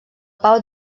pau